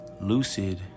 Lucid